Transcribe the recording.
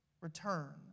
return